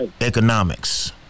economics